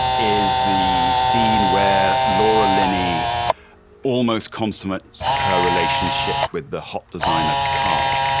is the scene where laura linney almost consummate her relationship with the hot designer karl.